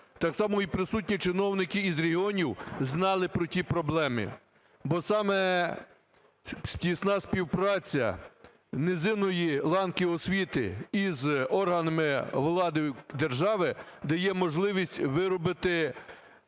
так само і присутні чиновники із регіонів, знали про ті проблеми. Бо саме тісна співпраця низинної ланки освіти із органами влади держави дає можливість виробити